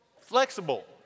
flexible